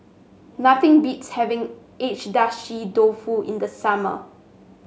nothing beats having Agedashi Dofu in the summer